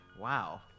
Wow